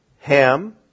Ham